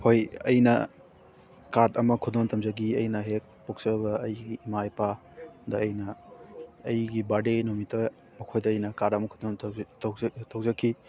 ꯍꯣꯏ ꯑꯩꯅ ꯀꯥꯔꯗ ꯑꯃ ꯈꯨꯗꯣꯟ ꯇꯝꯖꯈꯤ ꯑꯩꯅ ꯍꯦꯛ ꯄꯣꯛꯆꯕ ꯑꯩꯒꯤ ꯏꯃꯥ ꯏꯄꯥꯗ ꯑꯩꯅ ꯑꯩꯒꯤ ꯕꯥꯔꯗꯦ ꯅꯨꯃꯤꯠꯇ ꯃꯈꯣꯏꯗ ꯑꯩꯅ ꯀꯥꯔꯗ ꯑꯃ ꯈꯨꯗꯣꯟ ꯇꯧꯖꯈꯤ